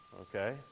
Okay